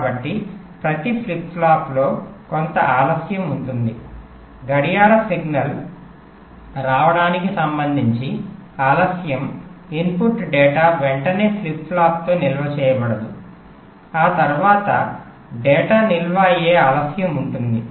కాబట్టి ప్రతి ఫ్లిప్ ఫ్లాప్లో కొంత ఆలస్యం ఉంటుంది గడియార సిగ్నల్ రావడానికి సంబంధించి ఆలస్యం ఇన్పుట్ డేటా వెంటనే ఫ్లిప్ ఫ్లాప్లో నిల్వ చేయబడదు ఆ తర్వాత డేటా నిల్వ అయ్యే ఆలస్యం ఉంటుంది